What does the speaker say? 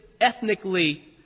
ethnically